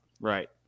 Right